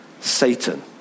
Satan